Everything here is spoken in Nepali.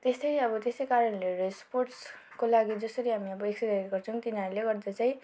त्यस्तै अब त्यसै कारणहरूले स्पोर्ट्सको लागि जसरी हामी अब एक्सर्साइजहरू गर्छौँ तिनीहरूले गर्दा चाहिँ